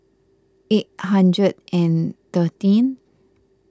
eight hundred and thirteen